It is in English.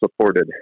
supported